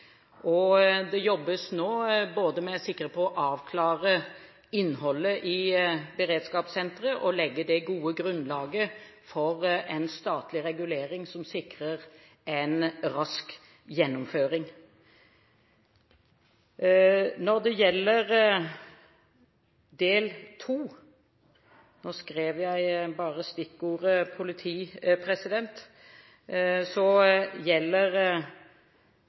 dato. Det jobbes nå både med sikte på å avklare innholdet i beredskapssenteret og legge det gode grunnlaget for en statlig regulering som sikrer en rask gjennomføring. Når det gjelder spørsmål to, rapporteres det hver uke om nedetid for politihelikopteret. Jeg kan glede representanten med å si at nå